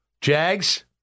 Jags